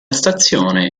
stazione